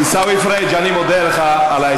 אתה פועל בניגוד לתקנון.